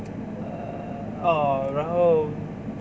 err orh 然后